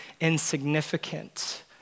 insignificant